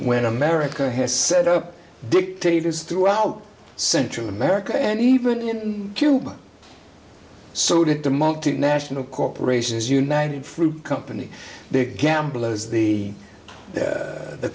when america has set up dictators throughout central america and even in cuba so did the multinational corporations united fruit company big gamble as the